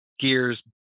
gears